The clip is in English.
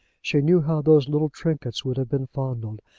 she knew how those little trinkets would have been fondled!